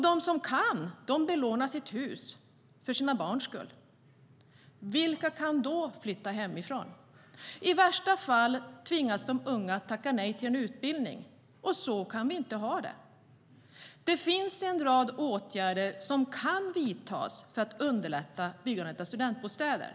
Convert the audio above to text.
De som kan belånar sina hus för sina barns skull. Vilka kan då flytta hemifrån? I värsta fall tvingas de unga att tacka nej till en utbildning. Så kan vi inte ha det. Det finns en rad åtgärder som kan vidtas för att underlätta byggandet av studentbostäder.